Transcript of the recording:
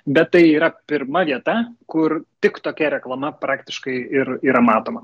bet tai yra pirma vieta kur tik tokia reklama praktiškai ir yra matoma